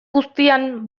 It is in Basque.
guztian